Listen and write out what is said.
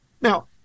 now